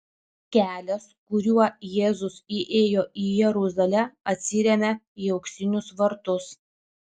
kelias kuriuo jėzus įėjo į jeruzalę atsiremia į auksinius vartus